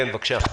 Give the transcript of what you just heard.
כן, בבקשה.